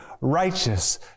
righteous